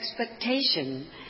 expectation